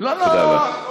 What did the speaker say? אדוני, תודה רבה.